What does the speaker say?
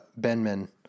Benman